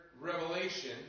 revelation